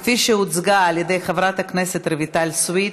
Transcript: כפי שהוצגה על ידי חברת הכנסת רויטל סויד.